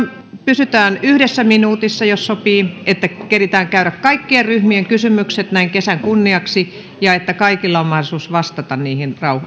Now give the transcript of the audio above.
pysytään yhdessä minuutissa jos sopii että keritään käydä kaikkien ryhmien kysymykset näin kesän kunniaksi ja että kaikilla on mahdollisuus vastata niihin